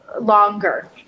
Longer